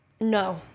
No